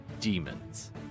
demons